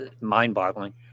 mind-boggling